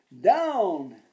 Down